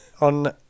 on